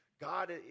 God